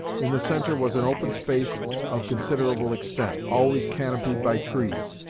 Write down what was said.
in the centre was an open space of considerable extent, always canopied by trees,